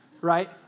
right